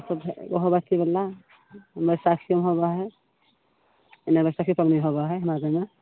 होबऽ हइ अथी वला बैसाखीमे होबऽ हइ एने बैसाखी पाबनि होबऽ हइ हमरा सबमे